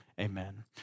amen